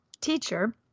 teacher